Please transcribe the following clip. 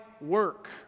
work